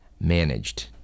managed